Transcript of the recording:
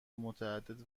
متعدد